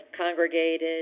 congregated